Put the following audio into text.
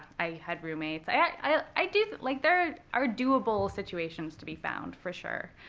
i had roommates. i do like, there are doable situations to be found, for sure.